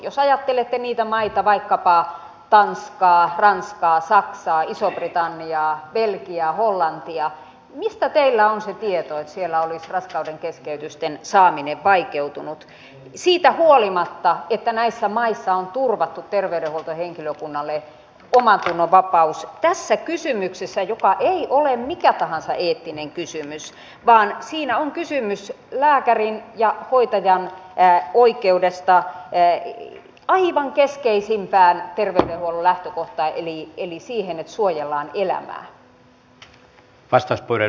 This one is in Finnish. jos ajattelette niitä maita vaikkapa tanskaa ranskaa saksaa isoa britanniaa belgiaa hollantia niin mistä teillä on se tieto että siellä olisi raskaudenkeskeytysten saaminen vaikeutunut siitä huolimatta että näissä maissa on turvattu terveydenhuoltohenkilökunnalle omantunnonvapaus tässä kysymyksessä joka ei ole mikä tahansa eettinen kysymys vaan siinä on kysymys lääkärin ja hoitajan oikeudesta aivan keskeisimpään terveydenhuollon lähtökohtaan eli siihen että suojellaan elämää